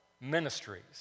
ministries